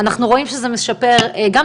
אני יודעת,